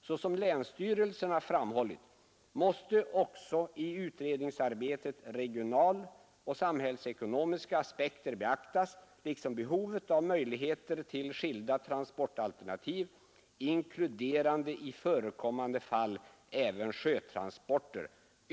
Såsom länsstyrelserna framhållit måste också i utredningsarbetet regionaloch samhällsekonomiska aspekter beaktas liksom behovet av möjligheter till skilda transportalternativ inkluderande i förekommande fall även sjötransporter.